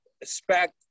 expect